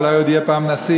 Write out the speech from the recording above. אולי הוא עוד יהיה פעם נשיא.